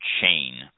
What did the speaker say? chain